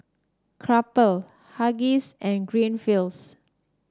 Crumpler Huggies and Greenfields